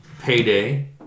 Payday